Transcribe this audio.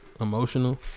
Emotional